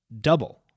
double